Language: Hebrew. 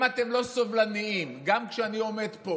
אם אתם לא סובלניים, גם כשאני עומד פה